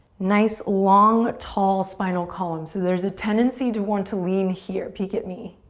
nice long, tall spinal columns. so there's a tendency to want to lean here. peek at me.